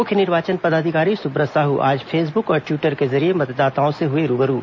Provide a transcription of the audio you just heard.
मुख्य निर्वाचन पदाधिकारी सुब्रत साहू आज फेसबुक और ट्वीटर के जरिए मतदाताओं से हुए रूबरू